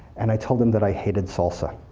and i told him that i hated salsa.